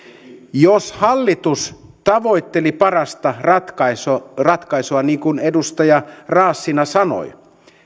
jos hallitus tavoitteli parasta ratkaisua ratkaisua niin kuin edustaja raassina sanoi